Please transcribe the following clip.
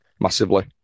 Massively